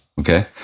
Okay